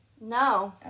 no